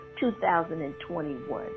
2021